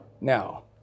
Now